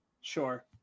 sure